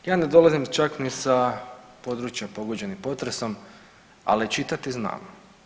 Ja ne dolazim čak ni sa područja pogođenim potresom, ali čitati znam.